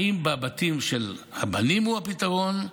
האם הבתים של הבנים הם הפתרון?